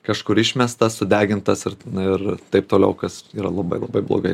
kažkur išmestas sudegintas ir ir taip toliau kas yra labai labai blogai